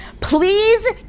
please